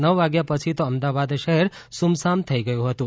નવ વાગ્યા પછી તો અમદાવાદ શહેર સુમસામ થઈ ગયું હતું